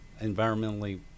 environmentally